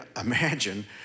imagine